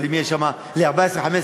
אבל אם יש שם מקום ל-14,000,